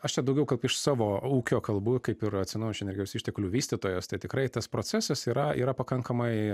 aš čia daugiau kaip iš savo ūkio kalbu kaip ir atsinaijinančių energijos išteklių vystytojas tai tikrai tas procesas yra yra pakankamai